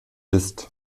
ist